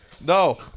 No